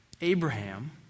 Abraham